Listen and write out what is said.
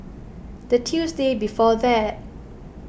the Tuesday before that